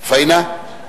פאינה?